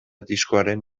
diskoaren